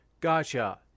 Gotcha